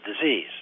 disease